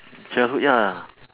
childhood ya